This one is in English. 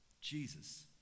Jesus